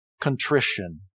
contrition